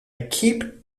keep